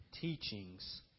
teachings